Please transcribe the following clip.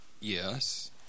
Yes